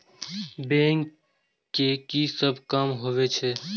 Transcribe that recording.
Bank के की सब काम होवे छे?